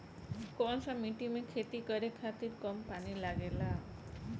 कौन सा मिट्टी में खेती करे खातिर कम पानी लागेला?